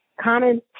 common